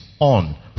on